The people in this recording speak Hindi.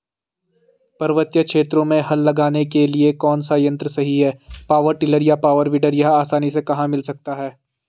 पर्वतीय क्षेत्रों में हल लगाने के लिए कौन सा यन्त्र सही है पावर टिलर या पावर वीडर यह आसानी से कहाँ मिल सकता है?